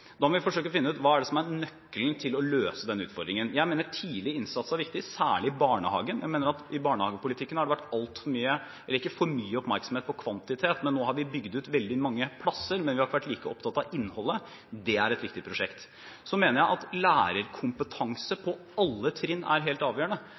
Da må vi forsøke å finne ut hva som er nøkkelen til å løse denne utfordringen. Jeg mener at tidlig innsats er viktig, særlig i barnehagen. Jeg mener at i barnehagepolitikken har det vært mye – ikke for mye – oppmerksomhet på kvantitet, vi har bygd ut veldig mange plasser, men vi har ikke vært like opptatt av innholdet. Det er et viktig prosjekt. Så mener jeg at lærerkompetanse